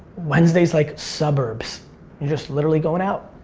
wednesday's like suburbs, you're just literally going out.